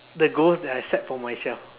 the goals that I set for myself